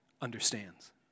understands